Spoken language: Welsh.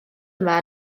yma